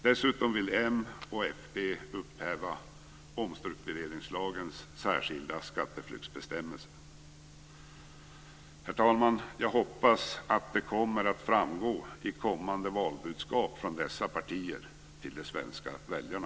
Dessutom vill Moderaterna och Folkpartiet upphäva omstruktureringslagens särskilda skatteflyktsbestämmelser. Herr talman! Jag hoppas att detta framgår i kommande valbudskap från dessa partier till de svenska väljarna.